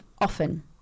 often